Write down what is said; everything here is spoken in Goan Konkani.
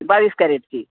बावीस केरटची